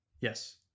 Yes